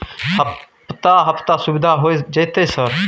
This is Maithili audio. हफ्ता हफ्ता सुविधा होय जयते सर?